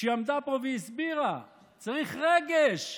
שעמדה פה והסבירה: צריך רגש.